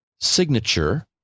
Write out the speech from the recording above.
signature